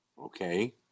Okay